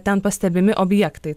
ten pastebimi objektai